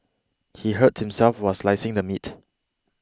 he hurt himself while slicing the meat